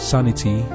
Sanity